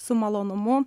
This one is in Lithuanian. su malonumu